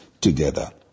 together